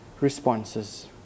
responses